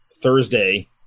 Thursday